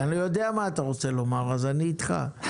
אביר, אני יודע מה אתה רוצה לומר, אז אני אתך.